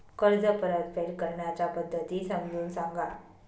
कर्ज परतफेड करण्याच्या पद्धती समजून सांगा